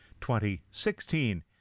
2016